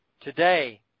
today